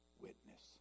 witness